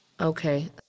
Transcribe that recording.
Okay